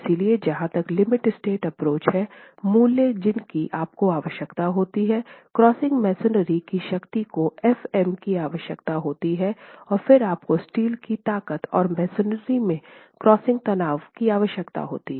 इसलिए जहां तक लिमिट स्टेट एप्रोच हैं मूल्य जिनकी आपको आवश्यकता होती है क्रशिंग मसोनरी की शक्ति को fm की आवश्यकता होती है और फिर आपको स्टील की ताकत और मसोनरी में क्रशिंग तनाव की आवश्यकता होती है